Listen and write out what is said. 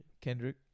Kendrick